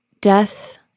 death